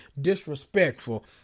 Disrespectful